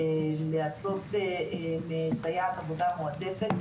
לעשות מסייעת כעבודה מועדפת,